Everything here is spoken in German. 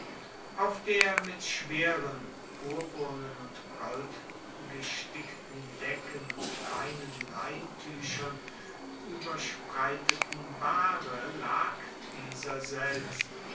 auf der mit schweren purpurnen und goldgestickten decken und feinen leintuechern ueberspreiteten bahre lag dieser selbst